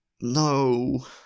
no